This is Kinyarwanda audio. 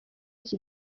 iki